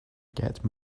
get